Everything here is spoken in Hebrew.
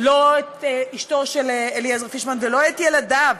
לא את אשתו של אליעזר פישמן ולא את ילדיו,